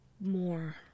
more